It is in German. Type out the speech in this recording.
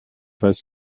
weiß